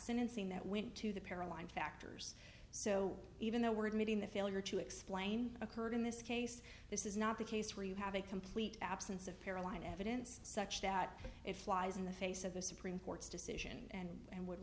sentencing that went to the para line factors so even though we're admitting the failure to explain occurred in this case this is not the case where you have a complete absence of para line evidence such that it flies in the face of the supreme court's decision and would